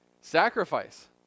Sacrifice